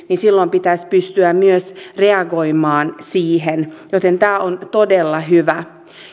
silloin pitäisi pystyä myös reagoimaan siihen joten tämä on todella hyvä